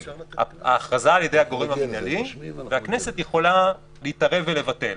ההכרזה היא על ידי הגורם המינהלי והכנסת יכולה להתערב ולבטל.